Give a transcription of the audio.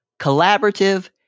collaborative